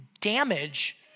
damage